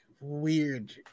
weird